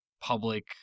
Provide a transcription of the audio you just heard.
public